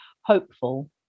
hopeful